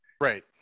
Right